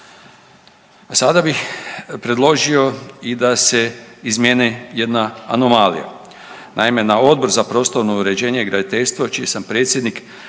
sada bi predložio i da se izmijene jedna anomalija. Naime, na Odbor za prostorno uređenje i graditeljstvo čiji sam predsjednik